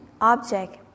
object